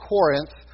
Corinth